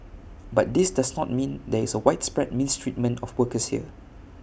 but this does not mean there is A widespread mistreatment of workers here